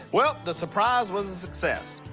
well, the surprise was a success.